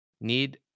Need